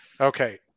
Okay